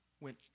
went